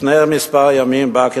לפני כמה ימים הוא בא,